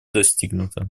достигнуто